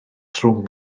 rhwng